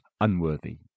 unworthy